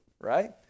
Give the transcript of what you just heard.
right